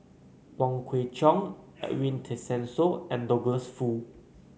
Wong Kwei Cheong Edwin Tessensohn and Douglas Foo